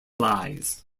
flies